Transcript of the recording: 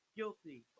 guilty